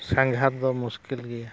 ᱥᱟᱸᱜᱷᱟᱨ ᱫᱚ ᱢᱩᱥᱠᱤᱞ ᱜᱮᱭᱟ